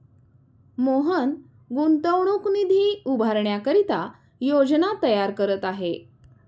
मोहन गुंतवणूक निधी उभारण्याकरिता योजना तयार करत आहे